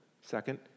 second